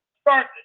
start –